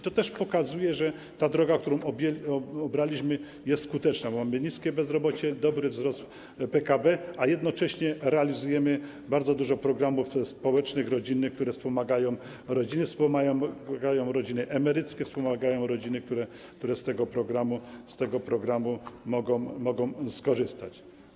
To też pokazuje, że droga, którą obraliśmy, jest skuteczna, bo mamy niskie bezrobocie, dobry wzrost PKB, a jednocześnie realizujemy bardzo dużo programów społecznych, rodzinnych, które wspomagają rodziny, wspomagają rodziny emeryckie, wspomagają rodziny, które z tego programu mogą skorzystać.